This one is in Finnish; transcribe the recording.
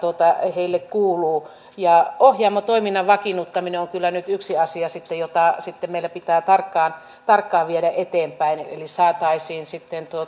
heille kuuluu ohjaamo toiminnan vakiinnuttaminen on kyllä nyt yksi asia jota meillä pitää tarkkaan tarkkaan viedä eteenpäin jotta saataisiin